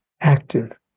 active